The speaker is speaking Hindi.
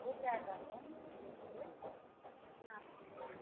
हो जाएगा कम बोलिए कितना आपको लेना है